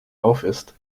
aufisst